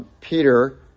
Peter